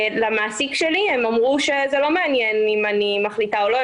למעסיק שלי הם אמרו שזה לא מעניין אם אני מחליטה או לא.